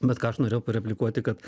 bet ką aš norėjau pareplikuoti kad